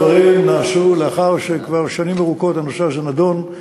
הדברים נעשו לאחר שכבר שנים ארוכות הנושא הזה נדון.